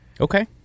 Okay